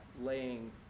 laying